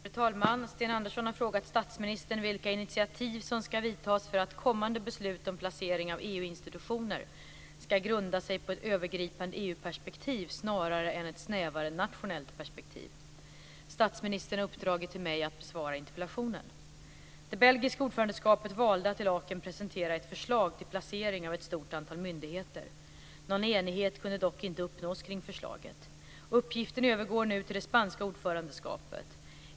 Fru talman! Sten Andersson har frågat statsministern vilka initiativ som ska tas för att kommande beslut om placering av EU-institutioner ska grunda sig på ett övergripande EU-perspektiv snarare än ett snävare nationellt perspektiv. Statsministern har uppdragit till mig att besvara interpellationen. Det belgiska ordförandeskapet valde att i Laeken presentera ett förslag till placering av ett stort antal myndigheter. Någon enighet kunde dock inte uppnås kring förslaget. Uppgiften övergår nu till det spanska ordförandeskapet.